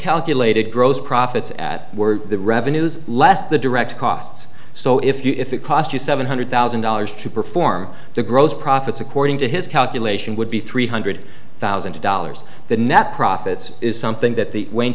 calculated gross profits at were the revenues less the direct costs so if you if it cost you seven hundred thousand dollars to perform the gross profits according to his calculation would be three hundred thousand dollars the net profits is something that the